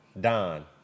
don